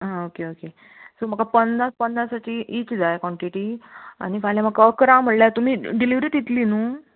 आं okay okay so म्हाका पन्नास पन्नासाची इच जाय कोणटीटी आनी फाल्या म्हाका अकरां म्हळ्यार तुमी डिलिवरी दितलीं न्हू